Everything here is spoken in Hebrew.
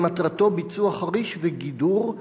שמטרתו ביצוע חריש וגידור,